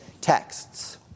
texts